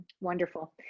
Wonderful